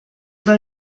del